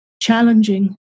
challenging